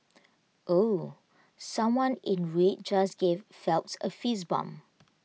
ooh someone in red just gave Phelps A fist bump